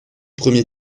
premier